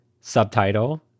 subtitle